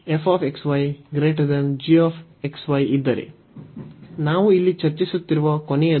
D ನಲ್ಲಿ ನಾವು ಇಲ್ಲಿ ಚರ್ಚಿಸುತ್ತಿರುವ ಕೊನೆಯದು